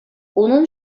унӑн